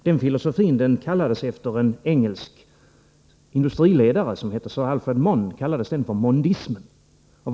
Den filosofin kallades efter en engelsk industriledare, Sir Alfred Mond, för mondismen.